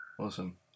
awesome